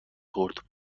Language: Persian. خورد